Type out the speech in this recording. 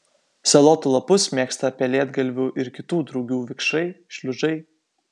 salotų lapus mėgsta pelėdgalvių ir kitų drugių vikšrai šliužai